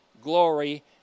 glory